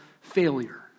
failure